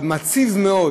אבל מעציב מאוד